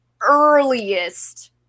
earliest